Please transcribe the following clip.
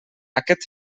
aquest